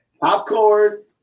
Popcorn